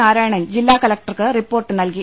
നാരായണൻ ജില്ലാ കലക്ടർക്ക് റിപ്പോർട്ട് നൽകി